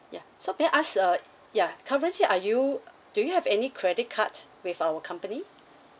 ya so may I ask uh ya currently are you uh do you have any credit card with our company